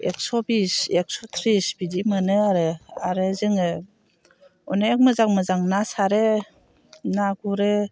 एकस' बिस एकस' थ्रिस बिदि मोनो आरो आरो जोङो अनेख मोजां मोजां ना सारो ना गुरो